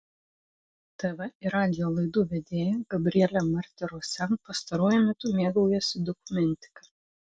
tv ir radijo laidų vedėja gabrielė martirosian pastaruoju metu mėgaujasi dokumentika